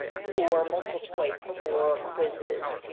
for multiple choice or quizzes,